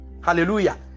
Hallelujah